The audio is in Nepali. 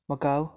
मकाउ